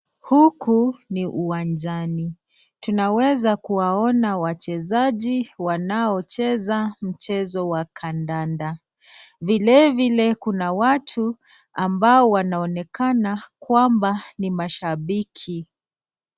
Huku ni uwanjani, tunaweza kuwaona wachezaji, wanaocheza mchezo wa kandanda. Vile vile kuna watu ambao wanaonekana kwamba ni mashabiki.